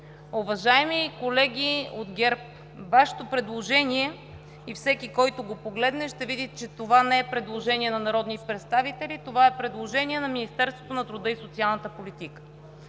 Уважаеми колеги от ГЕРБ, Вашето предложение всеки, който го погледне, ще види, че това не е предложение на народни представители, това е предложение на Министерството на труда и социалната политика.